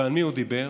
ועל מי הוא דיבר